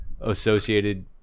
associated